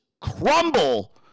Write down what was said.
crumble